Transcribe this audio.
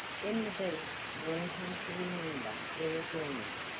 then the beast warned him to remember their agreement,